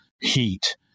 heat